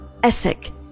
Essek